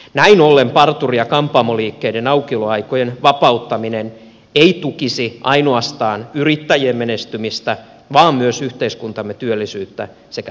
näin ollen parturi ja kampaamoliikkeiden aukioloaikojen vapauttaminen ei tukisi ainoastaan yrittäjien menestymistä vaan myös yhteiskuntamme työllisyyttä sekä talouskehitystä